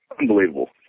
unbelievable